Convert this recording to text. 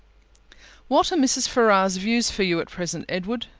what are mrs. ferrars's views for you at present, edward?